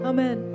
Amen